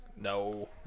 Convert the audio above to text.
No